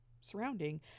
surrounding